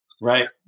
Right